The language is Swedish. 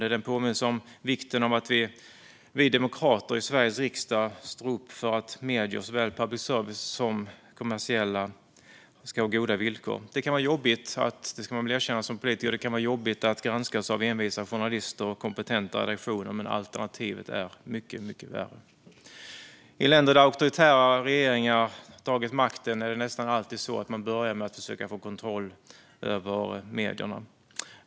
Det är en påminnelse om vikten av att vi demokrater i Sveriges riksdag står upp för att medier, såväl public service som kommersiella medier, ska ha goda villkor. Det kan vara jobbigt - det ska man väl erkänna som politiker - att granskas av envisa journalister och kompetenta redaktioner, men alternativet är mycket, mycket värre. I länder där auktoritära regeringar tagit makten har man nästan alltid börjat med att försöka få kontroll över medierna.